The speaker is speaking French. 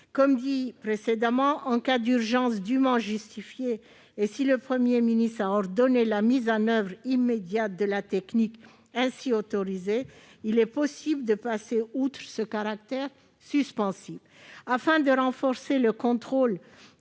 a été dit précédemment, en cas d'urgence dûment justifiée et si le Premier ministre a ordonné la mise en oeuvre immédiate de la technique autorisée, il est possible de passer outre le caractère suspensif de la saisine du Conseil